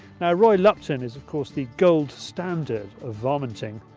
now roy lupton is of course the gold standard of varminting,